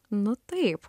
nu taip